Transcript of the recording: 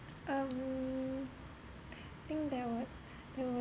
um I think there was there